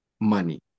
money